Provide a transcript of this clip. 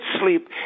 sleep